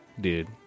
dude